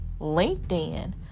LinkedIn